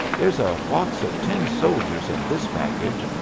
there's a box of tin soldiers in this package,